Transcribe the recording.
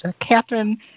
Catherine